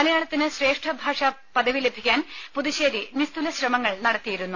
മലയാളത്തിന് ശ്രേഷ്ഠഭാഷാ പദവി ലഭിക്കാൻ പുതുശ്ശേരി നിസ്തുല ശ്രമങ്ങൾ നടത്തിയിരുന്നു